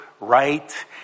right